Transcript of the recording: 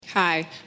Hi